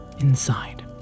inside